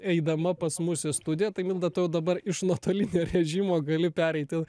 eidama pas mus į studiją tai milda tau dabar iš nuotolinio režimo gali pereit ten